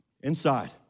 inside